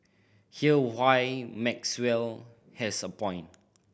here why Maxwell has a point